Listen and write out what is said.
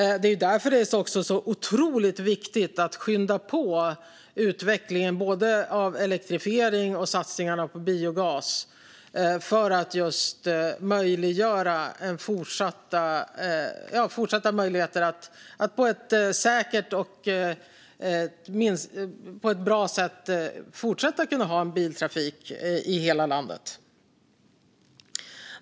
Därför är det också otroligt viktigt att skynda på utvecklingen av elektrifieringen och satsningarna på biogas för att ge fortsatta möjligheter att ha biltrafik i hela landet på ett säkert och bra sätt.